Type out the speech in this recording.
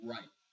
Right